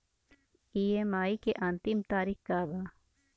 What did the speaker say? EMI के अंतिम तारीख का बा?